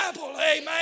amen